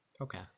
Okay